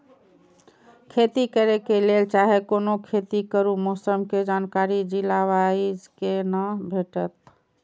खेती करे के लेल चाहै कोनो खेती करू मौसम के जानकारी जिला वाईज के ना भेटेत?